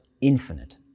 infinite